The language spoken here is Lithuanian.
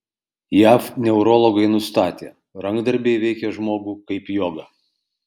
jav neurologai nustatė rankdarbiai veikia žmogų kaip joga